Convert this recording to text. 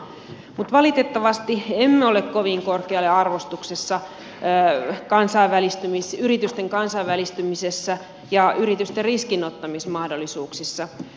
mutta valitettavasti emme ole kovin korkealla arvostuksessa yritysten kansainvälistymisessä ja yritysten riskinottamismahdollisuuksissa